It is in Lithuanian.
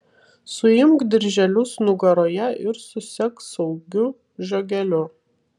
suimk dirželius nugaroje ir susek saugiu žiogeliu